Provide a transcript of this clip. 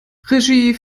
regie